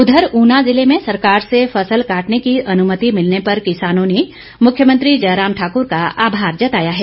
उधर ऊना ज़िले में सरकार से फसल काटने की अनुमति मिलने पर किसानों ने मुख्यमंत्री जयराम ठाकुर का आभार जताया है